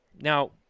Now